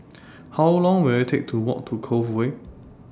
How Long Will IT Take to Walk to Cove Way